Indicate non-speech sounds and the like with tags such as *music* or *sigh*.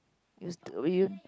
use to *noise*